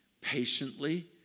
patiently